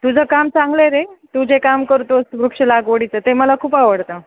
तुझं काम चांगलं आहे रे तू जे काम करतोस वृक्ष लागवडीचं ते मला खूप आवडतं